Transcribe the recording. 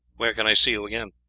where can i see you again?